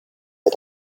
ihr